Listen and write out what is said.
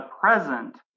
present